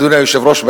אדוני היושב-ראש,